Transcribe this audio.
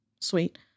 sweet